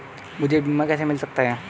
मुझे बीमा कैसे मिल सकता है?